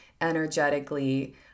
energetically